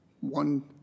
one